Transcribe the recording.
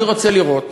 אני רוצה לראות